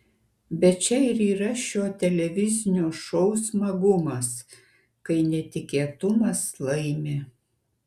bet čia ir yra šio televizinio šou smagumas kai netikėtumas laimi